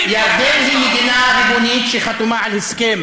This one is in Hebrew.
ירדן היא מדינה ריבונית שחתומה על הסכם